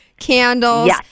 candles